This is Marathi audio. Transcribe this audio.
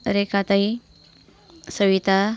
रेखाताई सविता